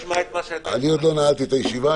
אני עוד לא נעלתי את הישיבה.